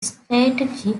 strategy